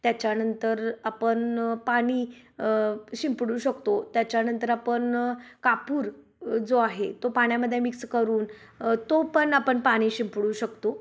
त्याच्यानंतर आपण पाणी शिंपडू शकतो त्याच्यानंतर आपन कापूर जो आहे तो पाण्यामध्ये मिक्स करून तो पण आपण पाणी शिंपडू शकतो